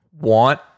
want